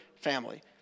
family